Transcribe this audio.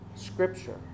scripture